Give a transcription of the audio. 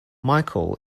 michael